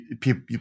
people